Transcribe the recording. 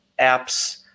apps